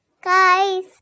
guys